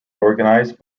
organised